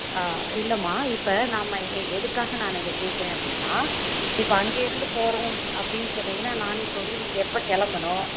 ஆ இல்லைம்மா இப்போ நாம் எதுக்காக நான் இதை கேட்க்கறேன் அப்படின்னா இப்போ அங்கிருந்து போகிறோம் அப்படின்னு சொன்னீங்கன்னால் நான் இப்போ வந்து நீங்கள் எப்போ கிளம்பணும்